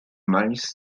milles